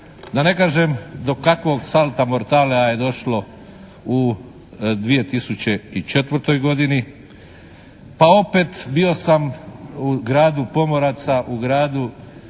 Da ne kažem do kakvog «salta mortalea» je došlo u 2004. godini pa opet bio sam u gradu pomoraca, u gradu duge